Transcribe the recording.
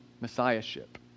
Messiahship